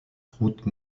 route